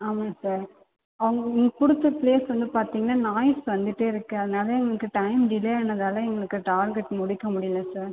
ஆமாம் சார் அவங்க எங்களுக்கு கொடுத்த ப்ளேஸ் வந்து பார்த்திங்கனா நாய்ஸ் வந்துட்டே இருக்குது அதனால் எங்களுக்கு டைம் டிலே ஆனதால் எங்களுக்கு டார்கெட் முடிக்க முடியலை சார்